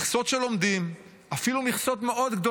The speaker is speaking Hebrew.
מכסות של לומדים,